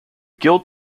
guild